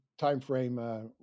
timeframe